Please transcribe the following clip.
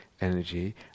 energy